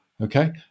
okay